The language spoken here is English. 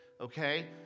okay